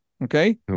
Okay